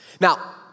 Now